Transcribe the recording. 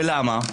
ולמה?